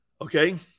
Okay